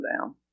down